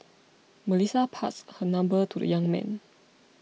Melissa passed her number to the young man